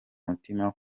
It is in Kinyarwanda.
mutima